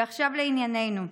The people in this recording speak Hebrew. ועכשיו לענייננו.